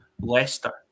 Leicester